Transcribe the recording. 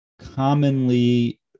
commonly